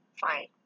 fine